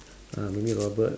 uh maybe robot